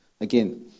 again